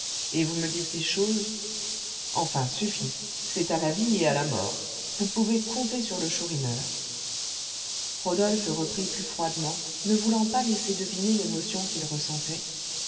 et vous me dites des choses enfin suffit c'est à la vie et à la mort vous pouvez compter sur le chourineur rodolphe reprit plus froidement ne voulant pas laisser deviner l'émotion qu'il ressentait